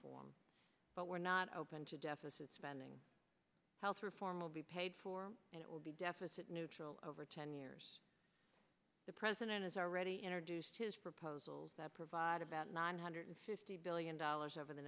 reform but we're not open to deficit spending health reform will be paid for and it will be deficit neutral over ten years the president has already introduced his proposals that provide about nine hundred fifty billion dollars over the